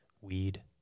Weed